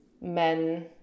men